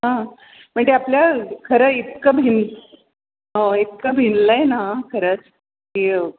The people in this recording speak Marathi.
हां म्हणजे आपल्या खरं इतकं भिन हो इतकं भिनलं आहे ना खरंच की